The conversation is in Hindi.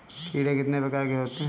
कीड़े कितने प्रकार के होते हैं?